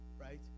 right